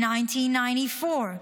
1994,